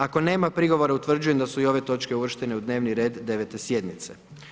Ako nema prigovora, utvrđujem da su i ove točke uvrštene u dnevni red 9. sjednice.